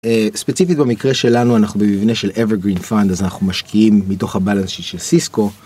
ספציפית במקרה שלנו אנחנו במבנה של evergreen fund אז אנחנו משקיעים מתוך ה Balance sheet של סיסקו.